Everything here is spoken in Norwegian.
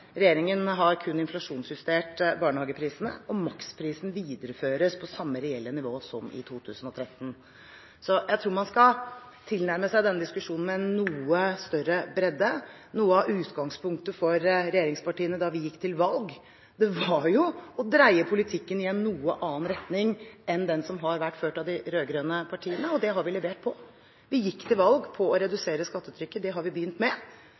Regjeringen har kun inflasjonsjustert barnehageprisene, og maksprisen videreføres på samme reelle nivå som i 2013. Jeg tror man skal nærme seg denne diskusjonen med noe større bredde. Noe av utgangspunktet for regjeringspartiene da vi gikk til valg, var jo å dreie politikken og føre den over i en noe annen retning enn den de rød-grønne partiene hadde, og det har vi levert på. Vi gikk til valg på å redusere skattetrykket. Det har vi begynt med.